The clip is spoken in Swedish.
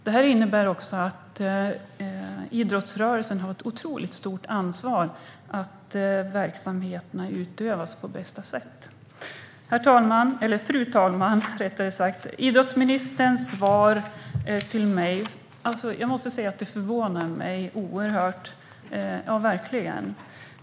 Det innebär också att idrottsrörelsen har ett otroligt stort ansvar för att verksamheterna utövas på bästa sätt. Fru talman! Idrottsministerns svar förvånar mig verkligen oerhört mycket.